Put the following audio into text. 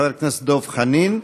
חבר הכנסת דב חנין,